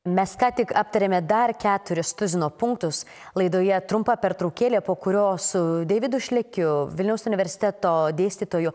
mes ką tik aptarėme dar keturis tuzino punktus laidoje trumpa pertraukėlė po kurios su deividu šlekiu vilniaus universiteto dėstytoju